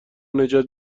نجات